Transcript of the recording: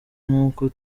nk’uko